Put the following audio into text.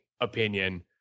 opinion